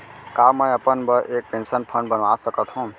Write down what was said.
का मैं अपन बर एक पेंशन फण्ड बनवा सकत हो?